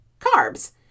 carbs